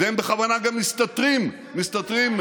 והם בכוונה גם מסתתרים מאחורי.